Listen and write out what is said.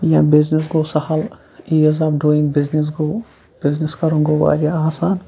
یا بِزنیٚس گوٚو سَہل ایٖز آف ڈوٗیِنٛگ بِزنیٚس گوٚو بِزنیٚس کَرُن گوٚو واریاہ آسان